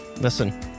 Listen